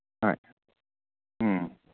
ꯍꯣꯏ ꯎꯝ